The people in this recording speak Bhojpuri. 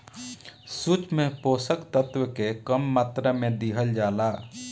सूक्ष्म पोषक तत्व के कम मात्रा में दिहल जाला